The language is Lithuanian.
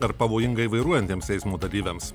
ar pavojingai vairuojantiems eismo dalyviams